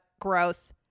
Gross